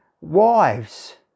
wives